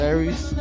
Aries